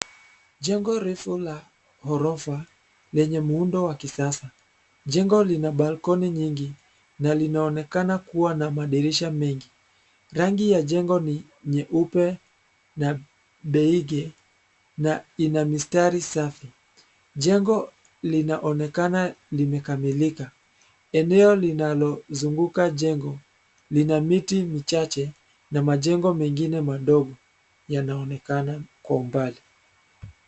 Jengo refu la ghorofa lenye muundo wa kisasa. Jengo lina balkoni mingi na linaonekana kuwa na madirisha mengi. Rangi ya jengo linonekana kuwa nyeupe na beige na ina mistari safi. Jengo linaonekana limekamilika. Eneo lilozunguka jengo linonekana kuwa na miti michache na majengo madogo yanaonekana kwa umbali.